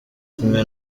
kumwe